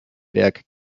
werk